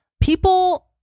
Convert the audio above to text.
People